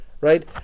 right